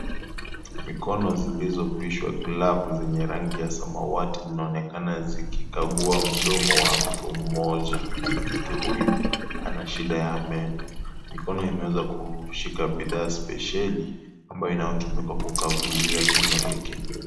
Mikono zilizo Vishwa glovu zenye rangi ya samawati zinaonekana zikikagua mdomo wa mtu mmoja. Mtu huyu anashida ya meno. Mikono imeweza kushika bidhaa spesheli ambao unatumika kukagulia kinywa hiki.